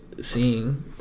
seeing